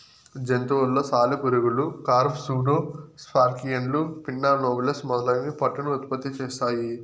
జంతువులలో సాలెపురుగులు, కార్ఫ్, సూడో స్కార్పియన్లు, పిన్నా నోబిలస్ మొదలైనవి పట్టును ఉత్పత్తి చేస్తాయి